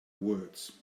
words